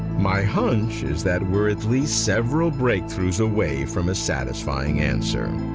my hunch is that we're at least several breakthroughs away from a satisfying answer.